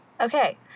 Okay